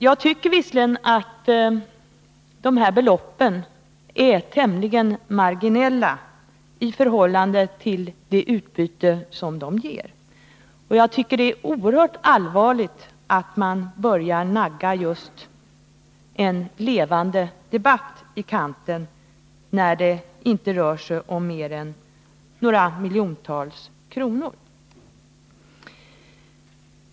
Jag tycker emellertid att de här beloppen är tämligen marginella i förhållande till det utbyte som de ger, och jag finner det oerhört allvarligt att man börjar nagga just en levande debatt i kanten när det inte rör sig om mer än några miljontal kronor.